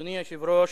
אדוני היושב-ראש,